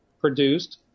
produced